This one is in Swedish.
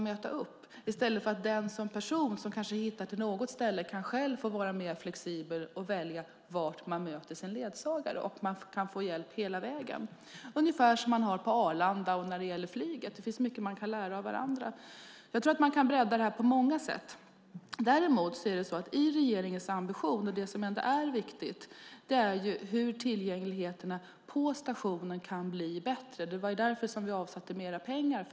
I stället borde den person som kanske hittar till något ställe få vara mer flexibel och välja var man möter sin ledsagare och dessutom få hjälp hela vägen. Det är ungefär så det fungerar på Arlanda när det gäller flyget. Det finns mycket man kan lära av varandra. Jag tror att man kan bredda det här på många sätt. Det som är viktigt i regeringens ambition är hur tillgängligheten på stationerna kan bli bättre. Det var därför som vi avsatte mer pengar.